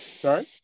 Sorry